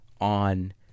on